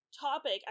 topic